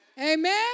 Amen